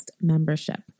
membership